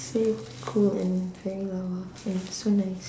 so cool and very uh and so nice